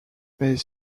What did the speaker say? mais